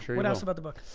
what else about the book?